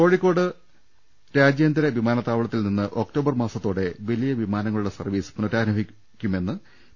കോഴിക്കോട് രാജ്യാന്തര വിമാനത്താവളത്തിൽ നിന്ന് ഒക്ടോ ബർ മാസത്തോടെ വലിയ വിമാനങ്ങളുടെ സർവ്വീസ് പുനരാരംഭിക്കുമെന്ന് പി